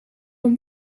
een